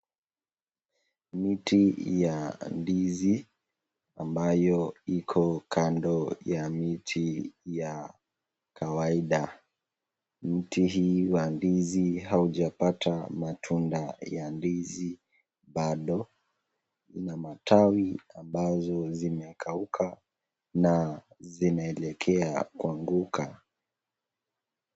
Miti ya ndizi ambayo iko kando ya miti ya kawaida. Miti hii ya ndizi haujapata matunda ya ndizi bado. Na matawi ambazo zimekauka na zinaelekea kuanguka.